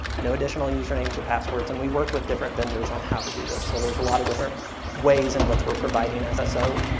no additional user names or passwords, and we've worked with different vendors on how to do this, so there's a lot of different ways in which we're providing nine so